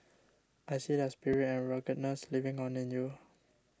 I see their spirit and ruggedness living on in you